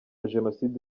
jenoside